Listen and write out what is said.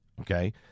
Okay